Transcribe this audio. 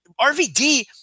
RVD